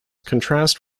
contrast